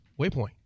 Waypoint